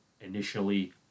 initially